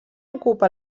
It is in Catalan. ocupa